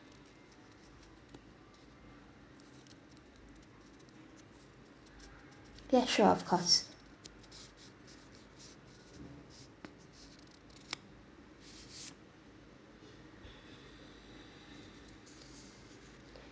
yes sure of course